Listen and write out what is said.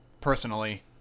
personally